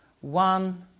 one